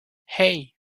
hey